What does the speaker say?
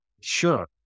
Sure